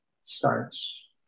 starts